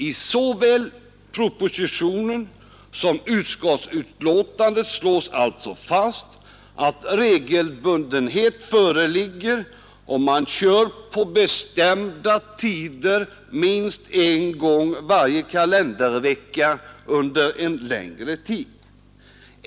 I såväl propositionen som utskottsbetänkandet slås alltså fast att regelbundenhet föreligger, om man kör på bestämda tider minst en gång varje kalendervecka under en längre period.